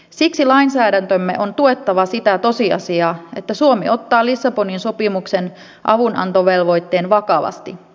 siksi lainsäädäntömme on tuettava sitä tosiasiaa että suomi ottaa lissabonin sopimuksen avunantovelvoitteen vakavasti